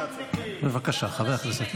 בבקשה, חבר הכנסת.